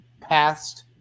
past